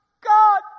God